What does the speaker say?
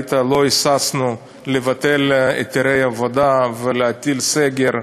וראית שלא היססנו לבטל היתרי עבודה, להטיל סגר,